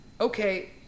okay